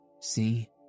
See